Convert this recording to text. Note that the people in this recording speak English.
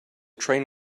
train